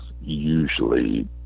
usually